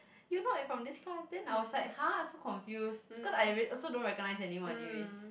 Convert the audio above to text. you not ev~ from this class then I was like !huh! I so confused cause I rea~ also don't recognise anyone anyway